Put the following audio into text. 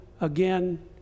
again